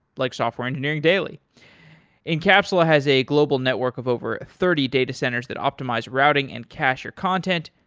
like software engineering daily incapsula has a global network of over thirty data centers that optimize routing and cashier content.